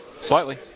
Slightly